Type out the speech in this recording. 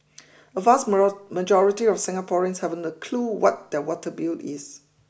a vast majority of Singaporeans haven't a clue what their water bill is